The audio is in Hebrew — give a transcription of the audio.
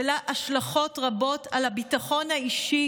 שיש לה השלכות רבות על הביטחון האישי